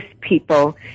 people